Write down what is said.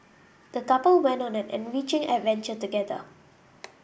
the couple went on an enriching adventure together